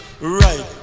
right